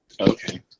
Okay